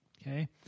okay